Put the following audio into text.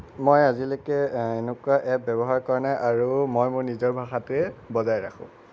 মই আজিলৈকে এনেকুৱা এপ ব্য়ৱহাৰ কৰা নাই আৰু মই মোৰ নিজৰ ভাষাটোৱে বজাই ৰাখোঁ